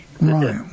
Right